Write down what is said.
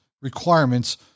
requirements